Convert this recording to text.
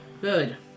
Good